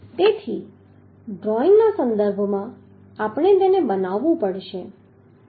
તેથી ડ્રોઇંગના સંદર્ભમાં આપણે તેને બનાવવું પડશે